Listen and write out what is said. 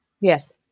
Yes